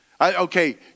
Okay